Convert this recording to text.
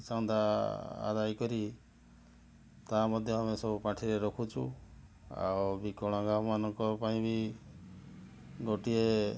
ଚାନ୍ଦା ଆଦାୟ କରି ତା' ମଧ୍ୟ ଆମେ ସବୁ ପାଣ୍ଠିରେ ରଖୁଛୁ ଆଉ ବିକଳାଙ୍ଗମାନଙ୍କ ପାଇଁ ବି ଗୋଟିଏ